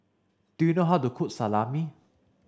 do you know how to cook Salami